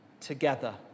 together